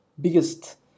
biggest